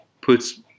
puts